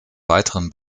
weiteren